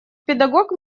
педагог